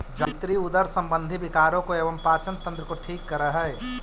जावित्री उदर संबंधी विकारों को एवं पाचन तंत्र को ठीक करअ हई